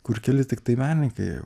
kur keli tiktai menininkai